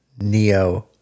Neo